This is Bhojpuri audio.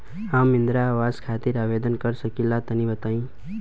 हम इंद्रा आवास खातिर आवेदन कर सकिला तनि बताई?